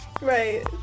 Right